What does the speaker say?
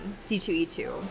C2E2